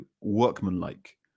workmanlike